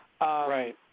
Right